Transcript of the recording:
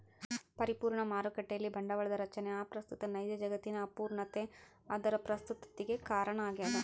ಪರಿಪೂರ್ಣ ಮಾರುಕಟ್ಟೆಯಲ್ಲಿ ಬಂಡವಾಳದ ರಚನೆ ಅಪ್ರಸ್ತುತ ನೈಜ ಜಗತ್ತಿನ ಅಪೂರ್ಣತೆ ಅದರ ಪ್ರಸ್ತುತತಿಗೆ ಕಾರಣ ಆಗ್ಯದ